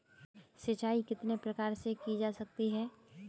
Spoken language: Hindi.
सिंचाई कितने प्रकार से की जा सकती है?